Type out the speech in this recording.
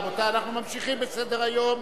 רבותי, אנחנו ממשיכים בסדר-היום.